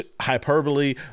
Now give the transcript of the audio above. hyperbole